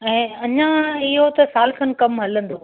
ऐं अञा इहो त सालु खनि कमु हलंदो